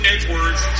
Edwards